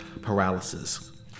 paralysis